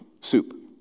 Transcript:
soup